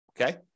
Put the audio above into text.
okay